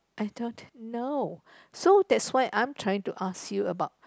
I don't know so that's why I'm trying ask you about